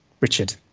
Richard